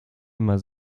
immer